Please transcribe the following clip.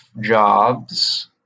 jobs